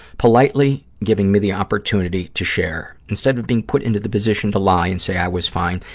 politely giving me the opportunity to share. instead of being put into the position to lie and say i was fine,